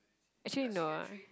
actually no ah